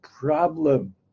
problem